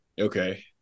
Okay